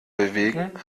bewegen